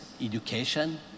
education